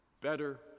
better